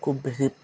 খুব বেছি